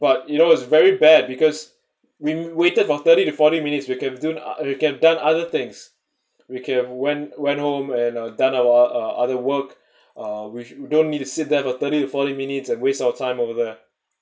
but you know it's very bad because we waited for thirty to forty minutes we can do uh we could've done other things we could've went went home and uh done our uh other work uh which we don't need to sit there for thirty to forty minutes and waste our time over there